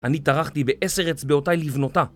אני טרחתי בעשר הצבעותיי לבנותה